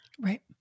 Right